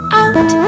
out